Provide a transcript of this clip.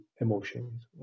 emotions